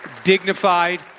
dignified,